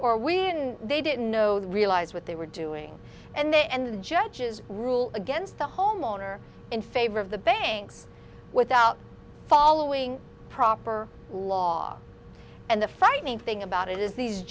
or when they didn't know the realize what they were doing and the judges rule against the homeowner in favor of the banks without following proper law and the frightening thing about it is these